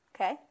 Okay